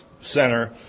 center